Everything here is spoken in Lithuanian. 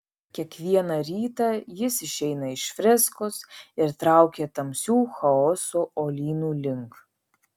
kiekvieną rytą jis išeina iš freskos ir traukia tamsių chaoso uolynų link